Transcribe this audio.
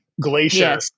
Glacier